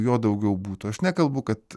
jo daugiau būtų aš nekalbu kad